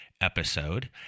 episode